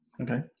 Okay